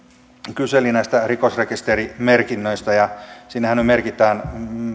kyseli näistä rikosrekisterimerkinnöistä sinnehän merkitään